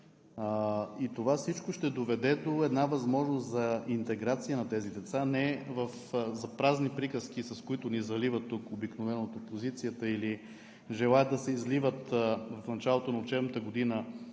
Това всичко ще доведе до една възможност за интеграция на тези деца не за празни приказки, с които ни заливат тук обикновено от опозицията, или желаят да се изливат в началото на учебната година